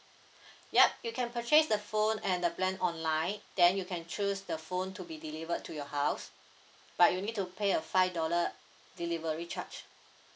yup you can purchase the phone and the plan online then you can choose the phone to be delivered to your house but you need to pay a five dollar delivery charge